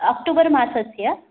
अक्टूबर् मासस्य